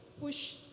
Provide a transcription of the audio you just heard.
push